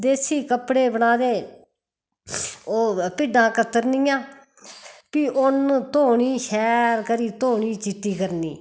देस्सी कपड़े बना दे ओह् भिड्डां कत्तरनियां फ्ही उन्न धोनी शैल करी धोनी चिट्टी करनी